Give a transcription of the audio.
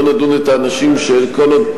לא נדון את האנשים כל עוד,